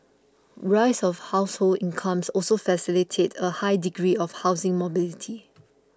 rise of household incomes also facilitated a high degree of housing mobility